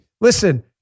listen